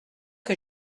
que